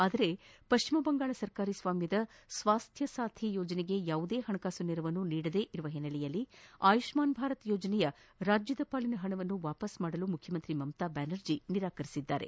ಆದರೆ ಪಶ್ಚಿಮ ಬಂಗಾಳ ಸರ್ಕಾರಿ ಸ್ವಾಮ್ಯದ ಸ್ವಾಸ್ತ್ಯ ಸಾಥಿ ಯೋಜನೆಗೆ ಯಾವುದೇ ಹಣಕಾಸು ನೆರವನ್ನು ನೀಡದಿರುವ ಹಿನ್ನೆಲೆಯಲ್ಲಿ ಆಯುಷ್ನಾನ್ ಭಾರತ್ ಯೋಜನೆಯ ರಾಜ್ಞದ ಪಾಲಿನ ಪಣವನ್ನು ಹಿಂದಿರುಗಿಸಲು ಮುಖ್ಯಮಂತ್ರಿ ಮಮತಾ ಬ್ಯಾನರ್ಜಿ ನಿರಾಕರಿಸಿದ್ದಾರೆ